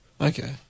Okay